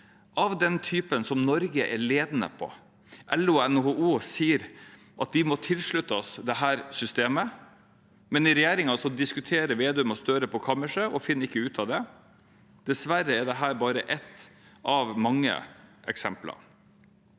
av den typen som Norge er ledende på. LO og NHO sier at vi må slutte oss til dette systemet, men i regjeringen diskuterer Vedum og Støre på kammerset og finner ikke ut av det. Dessverre er dette bare ett av mange eksempler.